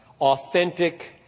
authentic